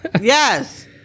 Yes